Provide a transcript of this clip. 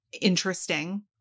interesting